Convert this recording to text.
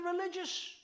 religious